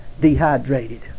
dehydrated